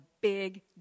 big